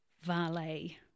valet